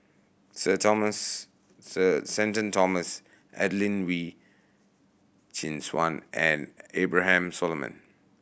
Sir Thomas Sir Shenton Thomas Adelene Wee Chin Suan and Abraham Solomon